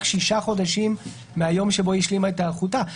שישה חודשים מן היום שבו היא השלימה את היערכותה.